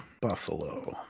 Buffalo